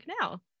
now